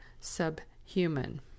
subhuman